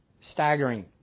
staggering